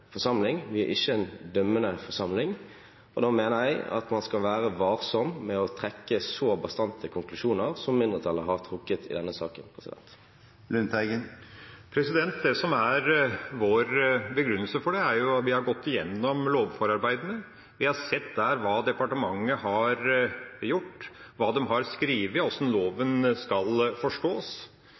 forsamling, vi er ikke en dømmende forsamling. Da mener jeg at man skal være varsom med å trekke så bastante konklusjoner som mindretallet har trukket i denne saken. Vår begrunnelse for det er: Vi har gått igjennom lovforarbeidene, og vi har der sett hva departementet har gjort, hva man har skrevet om hvordan loven skal forstås.